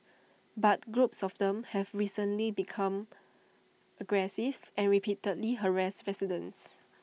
but groups of them have recently become aggressive and repeatedly harassed residents